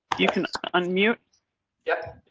you can on mute yeah,